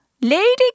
Lady